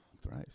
Thrice